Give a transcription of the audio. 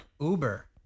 Uber